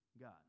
God